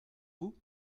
vous